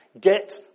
Get